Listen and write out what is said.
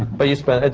but you spend. it.